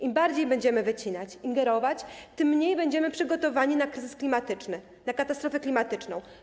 Im bardziej będziemy wycinać, ingerować, tym mniej będziemy przygotowani na kryzys klimatyczny, na katastrofę klimatyczną.